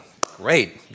Great